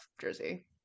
jersey